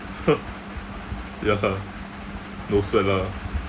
ya no sweat lah